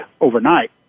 overnight